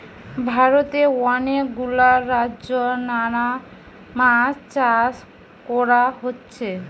ভারতে অনেক গুলা রাজ্যে নানা মাছ চাষ কোরা হচ্ছে